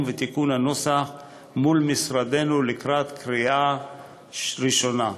ותיקון הנוסח מול משרדנו לקראת קריאה ראשונה.